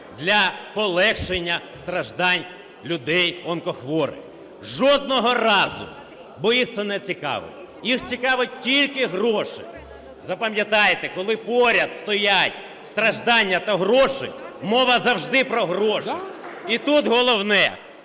для полегшення страждань людей онкохворих. Жодного разу! Бо їх це не цікавить. Їх цікавлять тільки гроші. Запам'ятайте, коли поряд стоять страждання та гроші, мова завжди про гроші. І тут головне